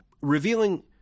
revealing